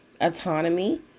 autonomy